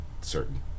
certain